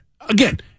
again